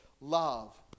love